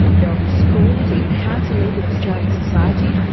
they'll be schooled in how to live in australian society,